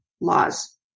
laws